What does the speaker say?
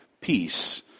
peace